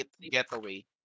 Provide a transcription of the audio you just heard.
getaway